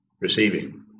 receiving